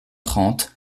trente